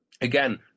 again